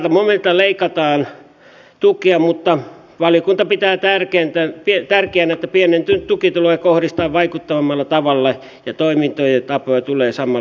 tältä momentilta leikataan tukia mutta valiokunta pitää tärkeänä että pienentyneitä tukituloja kohdistetaan vaikuttavammalla tavalla ja toimintatapoja tulee samalla muuttaa